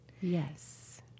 Yes